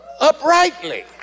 uprightly